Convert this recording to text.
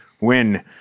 win